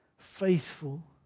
faithful